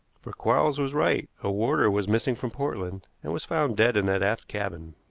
for quarles was right, a warder was missing from portland, and was found dead in that aft cabin.